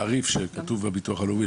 התעריף שמופיע במחשבון הביטוח הלאומי,